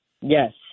Yes